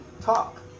talk